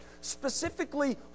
specifically